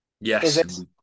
yes